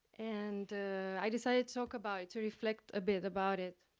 and i decided to talk about it to reflect a bit about it